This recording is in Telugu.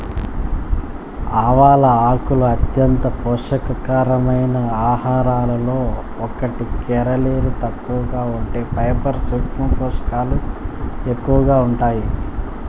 ఆవాల ఆకులు అంత్యంత పోషక కరమైన ఆహారాలలో ఒకటి, కేలరీలు తక్కువగా ఉండి ఫైబర్, సూక్ష్మ పోషకాలు ఎక్కువగా ఉంటాయి